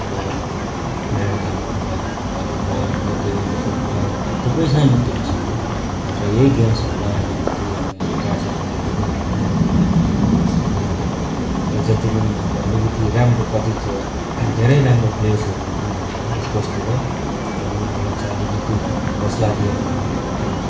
एउटा म्याराथानहरू भयो भलिबल क्रिकेट फुटबल थुप्रै छ नि गेम्सहरू र यही गेम्सहरूलाई अलिकति गार्जेनहरूले पनि नानीहरूलाई अलिकति हौसला दिएर र जति पनि अब अलिकति राम्रो कति त धेरै राम्रो प्लेयरसहरू पनि हुन्छ स्पोर्ट्सतिर र उनीहरूलाई चाहिँ अलिकति हौसला दिएर अलिकति